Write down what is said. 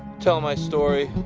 tell my story.